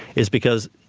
is because